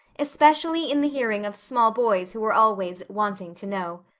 especially in the hearing of small boys who were always wanting to know.